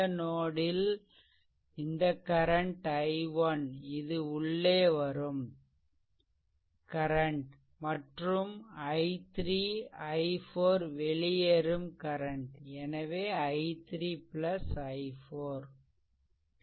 இந்த நோட்1 ல் இந்த கரண்ட் i1இது உள்ளே வரும் கரண்ட் மற்றும் i3 i4 வெளியேறும் கரண்ட்எனவே i3 i4